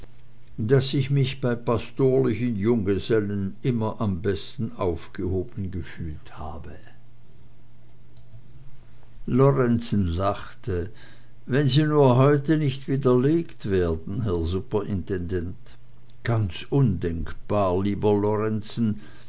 daß ich mich bei pastorlichen junggesellen immer am besten aufgehoben gefühlt habe lorenzen lachte wenn sie nur heute nicht widerlegt werden herr superintendent ganz undenkbar lieber lorenzen